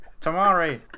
Tamari